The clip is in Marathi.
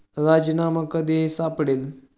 राजमा कधीही सापडेल